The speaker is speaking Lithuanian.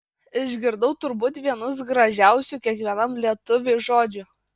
išgirdau turbūt vienus gražiausių kiekvienam lietuviui žodžių